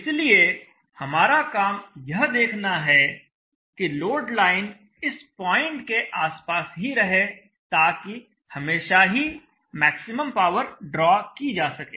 इसलिए हमारा काम यह देखना है लोड लाइन इस पॉइंट के आसपास ही रहे ताकि हमेशा ही मैक्सिमम पावर ड्रॉ की जा सके